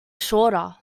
shorter